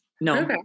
no